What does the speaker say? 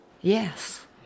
Yes